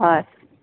হয়